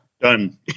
done